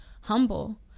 humble